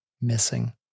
missing